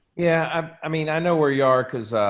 yeah, um i mean, i know where you are, cause,